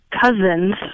cousins